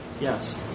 Yes